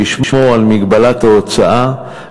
ישמור על מגבלת ההוצאה,